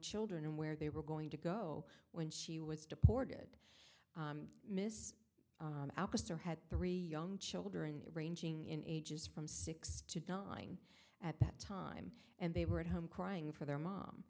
children and where they were going to go when she was deported miss mr had three young children ranging in ages from six to nine at that time and they were at home crying for their mom